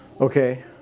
Okay